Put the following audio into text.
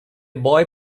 boy